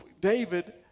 David